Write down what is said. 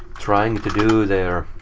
trying to do there.